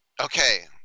okay